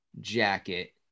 jacket